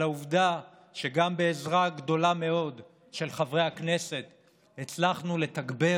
על העובדה שבעזרה גדולה מאוד של חברי הכנסת גם הצלחנו לתגבר